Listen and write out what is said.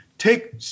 Take